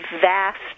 vast